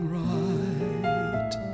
right